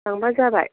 लांबा जाबाय